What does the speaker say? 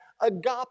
agape